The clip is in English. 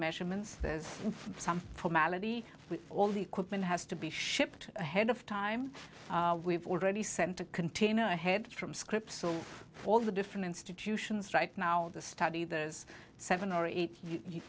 measurements there's some formality all the equipment has to be shipped ahead of time we've already sent a container ahead from scripts so all the different institutions right now of the study there's seven or eight